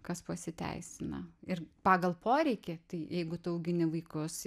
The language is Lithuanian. kas pasiteisina ir pagal poreikį tai jeigu tu augini vaikus